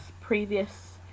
previous